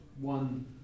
one